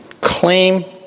claim